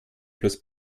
plus